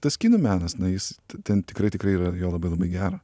tas kinų menas na jis ten tikrai tikrai yra jo labai labai gero